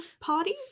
parties